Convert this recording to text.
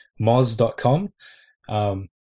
moz.com